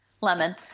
Lemon